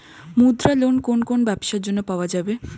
মুদ্রা লোন কোন কোন ব্যবসার জন্য পাওয়া যাবে?